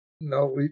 No